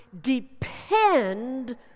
depend